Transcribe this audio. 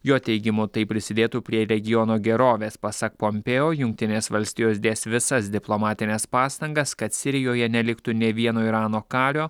jo teigimu tai prisidėtų prie regiono gerovės pasak pompėo jungtinės valstijos dės visas diplomatines pastangas kad sirijoje neliktų nė vieno irano kario